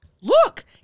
Look